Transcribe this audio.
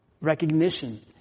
recognition